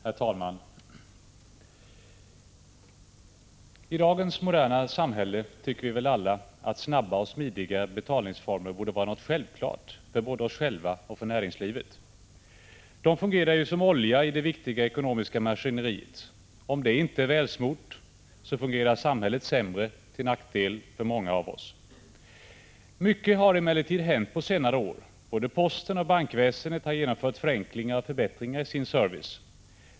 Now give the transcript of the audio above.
Herr talman! I dagens moderna samhälle tycker vi väl alla att snabba och smidiga betalningsformer borde vara något självklart för både oss själva och för näringslivet. De fungerar ju som olja i det viktiga ekonomiska maskineriet. Om detta inte är välsmort, fungerar samhället sämre till nackdel för många av oss. Mycket har emellertid hänt på senare år. Både posten och bankväsendet har genomfört förenklingar och förbättringar i sin service.